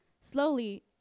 Slowly